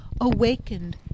awakened